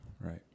Right